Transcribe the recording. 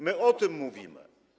My o tym mówimy.